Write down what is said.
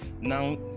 Now